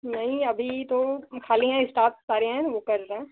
नहीं अभी तो खाली हैं स्टाफ़ सारे हैं वो कर रहे हैं